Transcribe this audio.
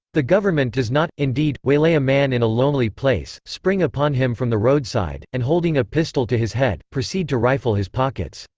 the government does not, indeed, waylay a man in a lonely place, spring upon him from the roadside, and holding a pistol to his head, proceed to rifle his pockets.